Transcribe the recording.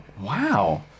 wow